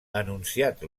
enunciat